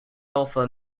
offer